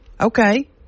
Okay